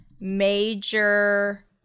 major